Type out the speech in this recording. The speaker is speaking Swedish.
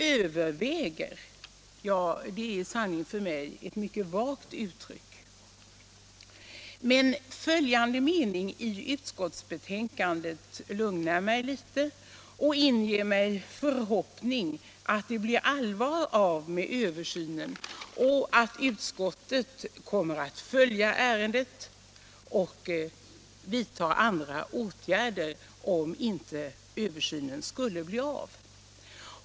”Överväger”, det är i sanning för mig ett mycket vagt ord! Men följande mening i utskottsbetänkandet lugnar mig litet och inger mig en förhoppning om att det blir allvar av med översynen och att utskottet kommer att följa ärendet och vidta åtgärder, om inte översynen skulle bli av.